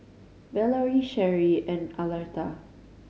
Valerie Sherie and Arletta